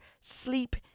sleep